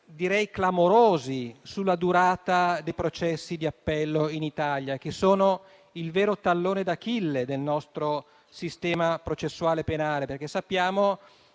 direi clamorosi sulla durata dei processi di appello in Italia, che sono il vero tallone d'Achille del nostro sistema processuale penale. Sappiamo